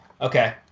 Okay